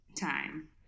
time